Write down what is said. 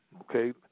Okay